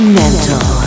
mental